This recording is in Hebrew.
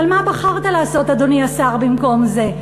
אבל מה בחרת לעשות, אדוני השר, במקום זה?